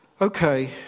Okay